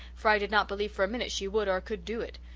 for i did not believe for a minute she would or could do it.